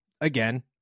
again